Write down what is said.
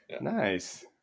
Nice